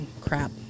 crap